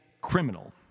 criminal